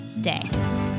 day